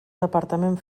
departament